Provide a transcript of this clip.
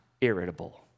irritable